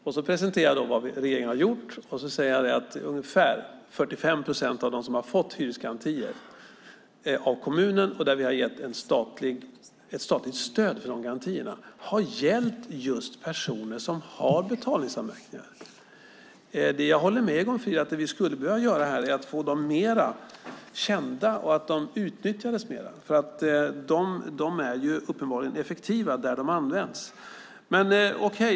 Sedan presenterar jag vad regeringen har gjort och säger att ungefär 45 procent av dem som fått hyresgarantier av kommunerna, och där vi gett ett statligt stöd för dessa garantier, är just personer som har betalningsanmärkningar. Jag håller med Egon Frid om att vi skulle behöva få hyresgarantierna mer kända och att de utnyttjades mer. Uppenbarligen är de effektiva där de används.